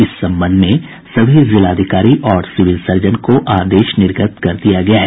इस संबंध में सभी जिलाधिकारी और सिविल सर्जन को आदेश निर्गत कर दिया गया है